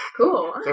cool